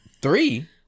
Three